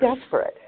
desperate